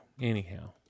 Anyhow